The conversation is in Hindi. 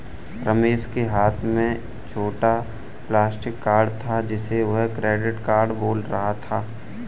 रमेश के हाथ में छोटा प्लास्टिक कार्ड था जिसे वह क्रेडिट कार्ड बोल रहा था